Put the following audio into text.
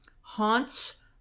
haunts